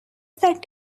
that